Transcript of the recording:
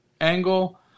angle